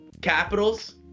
Capitals